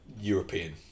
European